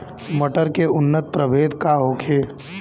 मटर के उन्नत प्रभेद का होखे?